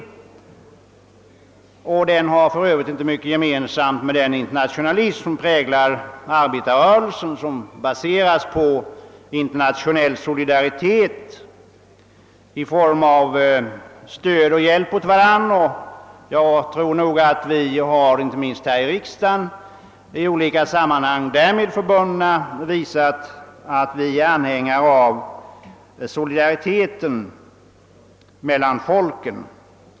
Den har för övrigt inte mycket gemensamt med den internationalism som präglar arbetarrörelsen och som baseras på internationell solidaritet i form av stöd och hjälp åt varandra. Jag tror också att vi inte minst här i riksdagen i olika sammanhang har visat att vi är anhängare av solidaritet mellan folken.